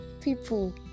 people